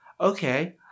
Okay